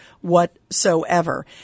whatsoever